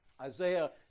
Isaiah